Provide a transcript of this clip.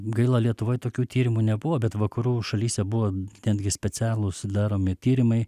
gaila lietuvoj tokių tyrimų nebuvo bet vakarų šalyse buvo netgi specialūs daromi tyrimai